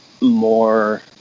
more